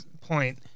point